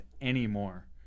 anymore